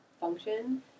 function